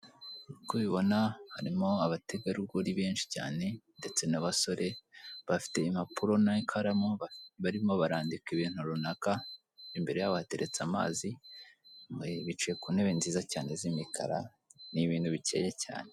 Uko ubibona harimo abategarugori benshi cyane ndetse n'abasore, bafite impapuro n'ikaramu barimo barandika ibintu runaka imbere yabo hateretse amazi bicaye ku ntebe nziza cyane z'imikara z'imikara n'ibintu bikeye cyane.